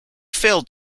failed